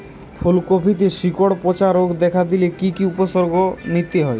ফুলকপিতে শিকড় পচা রোগ দেখা দিলে কি কি উপসর্গ নিতে হয়?